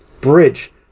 bridge